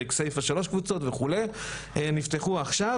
בכסייפה שלושה קבוצות וכו' נפתחו עכשיו